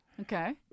Okay